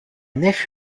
nef